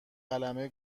قلمه